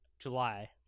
july